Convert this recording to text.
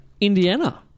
Indiana